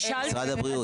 משרד הבריאות.